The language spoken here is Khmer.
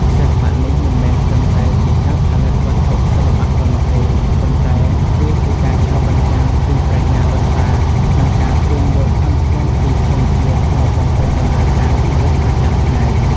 សិល្បៈនេះមិនមែនត្រឹមតែជាការផលិតវត្ថុសិល្បៈប៉ុណ្ណោះទេ ប៉ុន្តែវាជាការឆ្លុះបញ្ចាំងពីប្រាជ្ញាដូនតាក្នុងការទាញយកធនធានពីធម្មជាតិមកបំពេញតម្រូវការជីវិតប្រចាំថ្ងៃ។